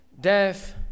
death